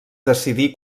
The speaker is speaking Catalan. decidí